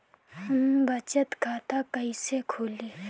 हम बचत खाता कईसे खोली?